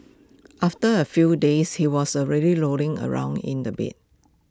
after A few days he was already rolling around in the bed